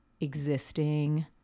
existing –